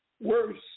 worse